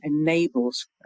enables